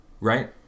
right